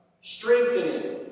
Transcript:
Strengthening